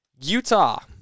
Utah